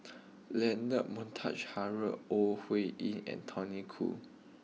Leonard Montague Harrod Ore Huiying and Tony Khoo